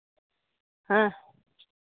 ᱦᱮᱸ